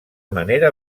manera